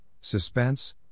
Suspense